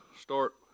start